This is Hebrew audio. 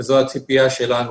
זו הציפייה שלנו.